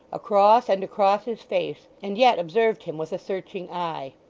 across and across his face, and yet observed him with a searching eye.